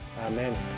Amen